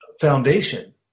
foundation